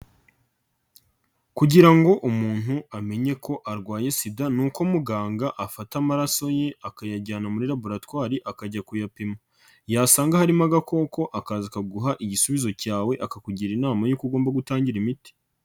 Kugira ngo umuntu amenye ko arwaye Sida nuko uko muganga afata amaraso ye akayajyana muri laboratwari akajya kuyapima, yasanga harimo agakoko akaza akaguha igisubizo cyawe akakugira inama y'uko ugomba gutangira imiti.